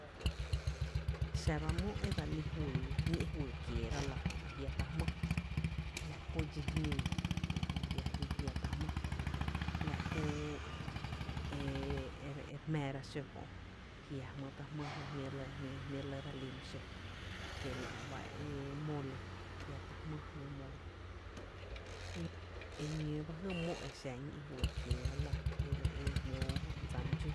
Xá bá mó e dse lí juyy, ñí’ fyy kieera lⱥ jö e jia’ ta jmⱥⱥ, la kú dxí jñǿǿ ez jö jia’ ta jmáá, la kú e re jmⱥⱥ ra xǿ kö’, jia’ jmýý ta jmⱥⱥ jná jmíí dse lí my xǿ, kiela’ bá mole jia’ ta jmⱥ jná mole, eñǿǿ ba jy mó e jmoo tá’ juyy kieera e a jia’ máá,